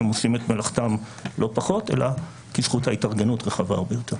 הם עושים את מלאכתם לא פחות אלא כי זכות ההתארגנות רחבה הרבה יותר.